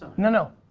no, no,